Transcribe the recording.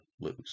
lose